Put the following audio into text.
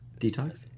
Detox